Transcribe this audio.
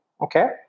okay